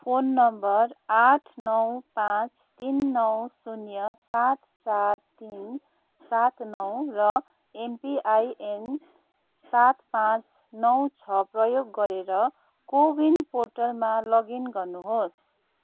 phone number आठ नौ पाँच तिन नौ शुन्य सात चार तिन सात नौ र एमपिआइएन सात पाँच नौ छ प्रयोग गरेर कोविन पोर्टलमा लगइन गर्नुहोस्